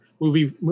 movie